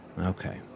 Okay